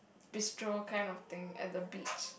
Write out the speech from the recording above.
bistro kind of things at the beach